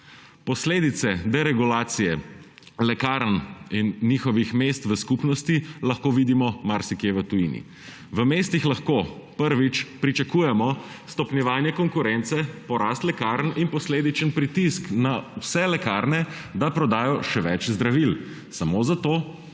Posledice deregulacije lekarn in njihovih mest v skupnosti lahko vidimo marsikje v tujini. V mestih lahko, prvič, pričakujemo stopnjevanje konkurence, porast lekarn in posledičen pritisk na vse lekarne, da prodajo še več zdravil samo zato,